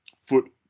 foot